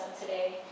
today